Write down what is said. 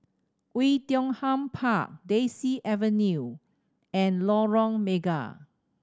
Oei Tiong Ham Park Daisy Avenue and Lorong Mega